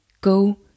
go